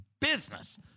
business